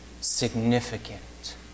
significant